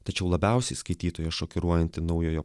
tačiau labiausiai skaitytojus šokiruojanti naujojo